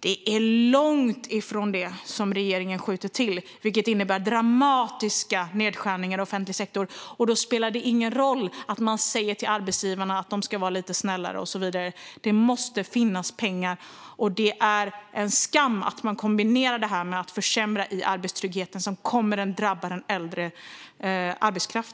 Det är långt ifrån vad regeringen skjuter till, vilket alltså innebär dramatiska nedskärningar i offentlig sektor. Då spelar det ingen roll att man säger till arbetsgivarna att de ska vara lite snällare och så vidare. Det måste finnas pengar, och det är en skam att man kombinerar detta med att försämra arbetstryggheten, vilket kommer att drabba äldre arbetskraft.